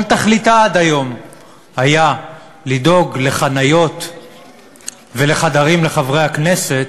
תכליתה עד היום היה לדאוג לחניה ולחדרים לחברי הכנסת,